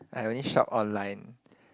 I only shop online